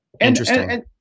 Interesting